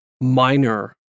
minor